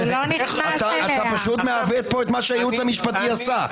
אתה מעוות את מה שהייעוץ המשפטי עשה.